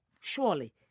Surely